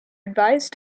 advised